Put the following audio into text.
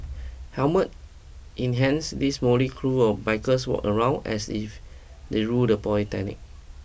helmets in hands these motley crew of bikers walked around as if they ruled the polytechnic